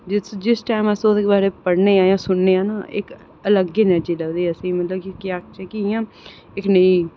जिस टैम अस उं'दे बारे च पढ़ने जां सुनने आं इक अलग ई एनर्जी लभदी मतलब कि अस केह् आखने आं इ'यां दिक्खने ई